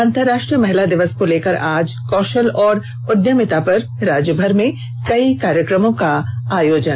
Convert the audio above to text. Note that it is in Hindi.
अंतरराष्ट्रीय महिला दिवस को लेकर आज कौषल और उद्यमिता पर राज्य भर में कई कार्यक्रमों का आयोजन